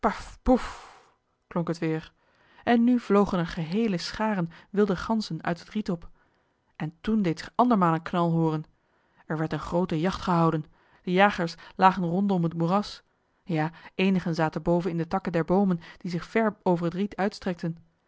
klonk het weer en nu vlogen er geheele scharen wilde ganzen uit het riet op en toen deed zich andermaal een knal hooren er werd een groote jacht gehouden de jagers lagen rondom het moeras ja eenigen zaten boven in de takken der boomen die zich ver over het riet uitstrekten